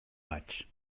vaig